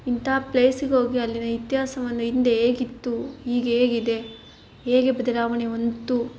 ಇಂಥ ಪ್ಲೇಸಿಗೆ ಹೋಗಿ ಅಲ್ಲಿನ ಇತಿಹಾಸವನ್ನ ಹಿಂದೆ ಹೇಗಿತ್ತು ಈಗ ಹೇಗಿದೆ ಹೇಗೆ ಬದಲಾವಣೆ ಹೊಂದಿತ್ತು